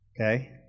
Okay